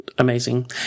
amazing